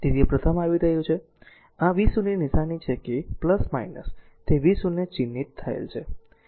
તેથી તે પ્રથમ આવી રહ્યું છે આ r આ v0 ની નિશાની છે કે તે v0 ચિહ્નિત થયેલ છે